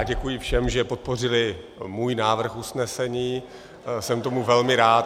Děkuji všem, že podpořili můj návrh usnesení, jsem tomu velmi rád.